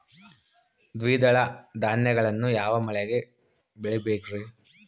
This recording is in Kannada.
ದ್ವಿದಳ ಧಾನ್ಯಗಳನ್ನು ಯಾವ ಮಳೆಗೆ ಬೆಳಿಬೇಕ್ರಿ?